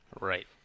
Right